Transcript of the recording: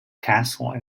castle